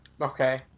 Okay